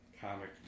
comic